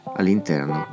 all'interno